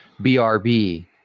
brb